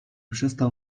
przestał